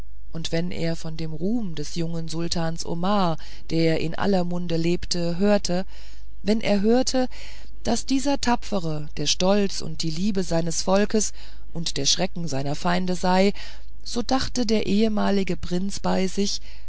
und wenn er von dem ruhm des jungen sultans omar der in aller munde lebte hörte wenn er hörte daß dieser tapfere der stolz und die liebe seines volkes und der schrecken seiner feinde sei da dachte der ehemalige prinz bei sich